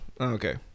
okay